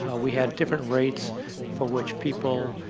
we had different rates for which people